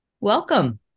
Welcome